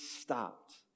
stopped